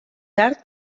tard